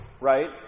right